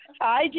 Hi